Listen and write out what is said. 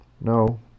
No